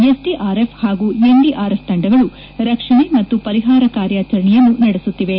SDRF ಹಾಗೂ NDRF ತಂಡಗಳು ರಕ್ಷಣೆ ಮತ್ತು ಪರಿಹಾರ ಕಾರ್ಯಾಚರಣೆಯನ್ನು ನಡೆಸುತ್ತಿವೆ